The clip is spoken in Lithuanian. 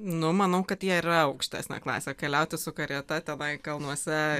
nu manau kad jie ir yra aukštesnė klasė keliauti su karieta tenai kalnuose